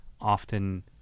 often